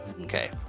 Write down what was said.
okay